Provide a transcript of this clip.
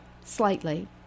slightly